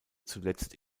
zuletzt